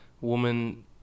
woman